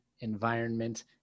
environment